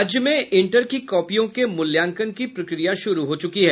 राज्य में इंटर की कॉपियों के मूल्याकंन की प्रक्रिया शुरू हो चुकी है